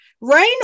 rain